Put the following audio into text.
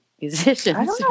musicians